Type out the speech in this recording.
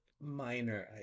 Minor